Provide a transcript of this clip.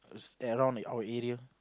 is at around the our area